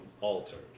altered